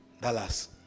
dallas